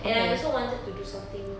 and I also wanted to do something